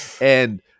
And-